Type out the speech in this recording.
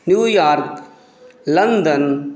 New York London